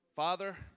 Father